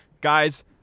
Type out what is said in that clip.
guys